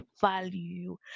value